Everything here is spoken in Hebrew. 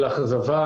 אכזבה